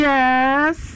Yes